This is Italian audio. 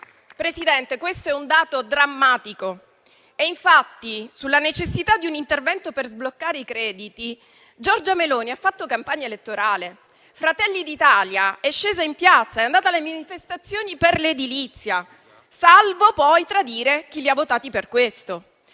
Presidente, questo è un dato drammatico. Infatti, sulla necessità di un intervento per sbloccare i crediti Giorgia Meloni ha fatto campagna elettorale. Fratelli d'Italia è sceso in piazza, è andato alle manifestazioni per l'edilizia, salvo poi tradire chi l'aveva votato per questo.